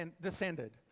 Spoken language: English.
descended